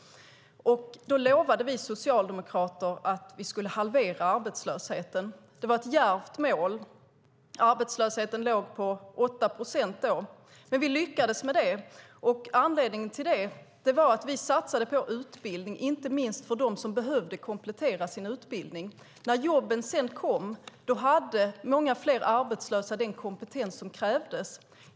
Då lovade vi socialdemokrater att vi skulle halvera arbetslösheten. Det var ett djärvt mål - arbetslösheten låg då på 8 procent - men vi lyckades med det. Anledningen var att vi satsade på utbildning, inte minst för dem som behövde komplettera sin utbildning. När jobben sedan kom hade många arbetslösa den kompetens som krävdes.